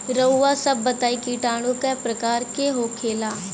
रउआ सभ बताई किटाणु क प्रकार के होखेला?